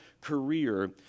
career